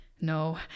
no